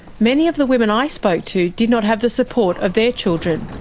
many of the women i spoke to did not have the support of their children.